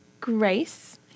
grace